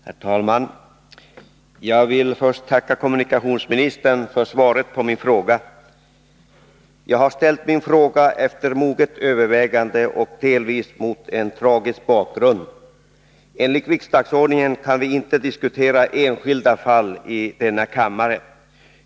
Herr talman! Jag vill först tacka kommunikationsministern för svaret på min fråga. Jag har ställt min fråga efter moget övervägande och delvis mot en tragisk bakgrund. Enligt riksdagsordningen kan vi inte diskutera enskilda fall i denna kammare.